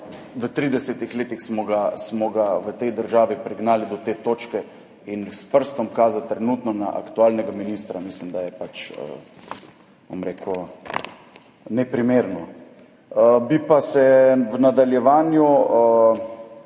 V 30 letih smo ga v tej državi prignali do te točke in kazati s prstom na trenutno aktualnega ministra mislim, da je, bom rekel, neprimerno. Bi se pa v nadaljevanju